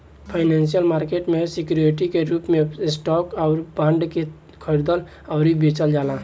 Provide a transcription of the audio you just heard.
financial market में security के रूप में स्टॉक अउरी बॉन्ड के खरीदल अउरी बेचल जाला